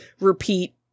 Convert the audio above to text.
repeat